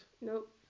Nope